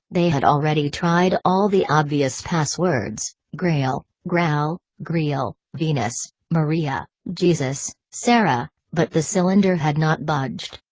they had already tried all the obvious passwords grail, graal, greal, venus, maria, jesus, sarah but the cylinder had not budged.